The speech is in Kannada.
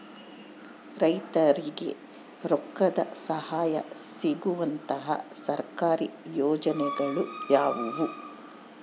ರೈತರಿಗೆ ರೊಕ್ಕದ ಸಹಾಯ ಸಿಗುವಂತಹ ಸರ್ಕಾರಿ ಯೋಜನೆಗಳು ಯಾವುವು?